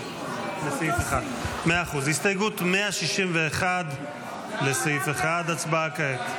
הסתייגות 161 לסעיף 1, הצבעה כעת.